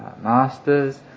masters